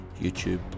YouTube